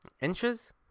inches